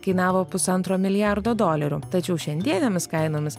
kainavo pusantro milijardo dolerių tačiau šiandienėmis kainomis